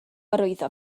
arwyddo